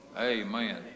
Amen